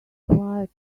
quiet